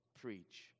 preach